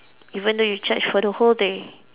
even though you charge for the whole day